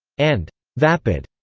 and vapid.